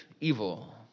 evil